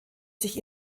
sich